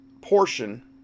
portion